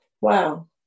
Wow